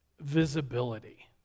visibility